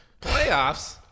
Playoffs